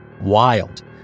Wild